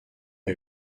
œil